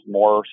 more